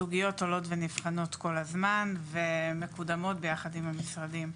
הסוגיות עולות ונבחנות כל הזמן ומקודמות ביחד עם המשרדים.